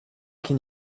can